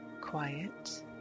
quiet